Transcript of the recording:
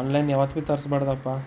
online ಯಾವತ್ತಿಗೂ ತರಿಸ್ಬಾರ್ದಪ್ಪಾ